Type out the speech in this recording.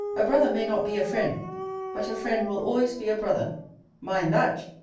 a brother may not be a friend but a friend will always be a brother mind that,